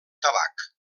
tabac